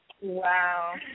Wow